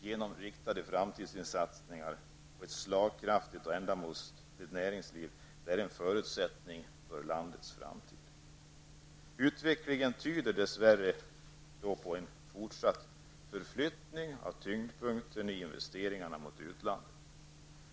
genom riktade framtidssatsningar och ett slagkraftigt och ändamålsenligt näringsliv är en förutsättning för landets framtid. Utvecklingen tyder dess värre på en fortsatt förflyttning av tyngdpunkten i investeringarna mot utlandet.